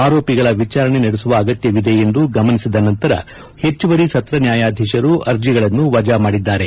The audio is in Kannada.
ಆರೋಪಿಗಳ ವಿಚಾರಣೆ ನಡೆಸುವ ಅಗತ್ಯವಿದೆ ಎಂದು ಗಮನಿಸಿದ ನಂತರ ಹೆಚ್ಚುವರಿ ಸತ್ರ ನ್ಯಾಯಾದೀಶರು ಅರ್ಜಿಗಳನ್ನು ವಜಾ ಮಾದಿದ್ದಾರೆ